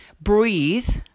breathe